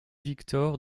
victor